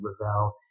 Ravel